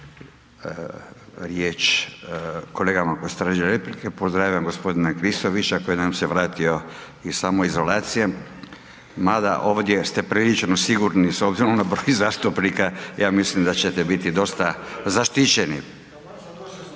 riječ kolegama koji su tražili replike, pozdravljam gospodina Klisovića koji nam se vratio iz samoizolacije, mada ovdje ste .../Govornik se ne razumije./... sigurno s obzirom na broj zastupnika, ja mislim da ćete biti dosta zaštićeni.